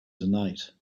tonight